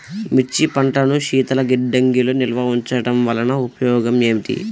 మిర్చి పంటను శీతల గిడ్డంగిలో నిల్వ ఉంచటం వలన ఉపయోగం ఏమిటి?